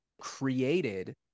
created